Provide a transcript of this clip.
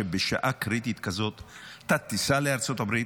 שבשעה קריטית כזאת אתה תיסע לארצות הברית,